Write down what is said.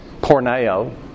porneo